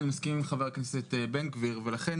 אני מסכים עם חבר הכנסת איתמר בן גביר ולכן